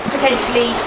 potentially